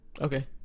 okay